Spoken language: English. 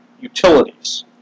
Utilities